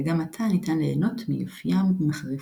וגם עתה ניתן ליהנות מיופיים ומחריפותם.